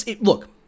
Look